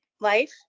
life